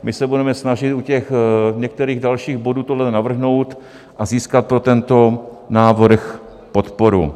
My se budeme snažit u těch některých dalších bodů tohle navrhnout a získat pro tento návrh podporu.